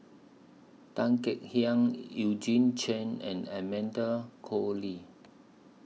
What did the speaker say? Tan Kek Hiang Eugene Chen and Amanda Koe Lee